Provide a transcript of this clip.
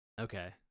Okay